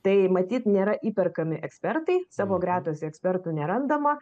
tai matyt nėra įperkami ekspertai savo gretose ekspertų nerandama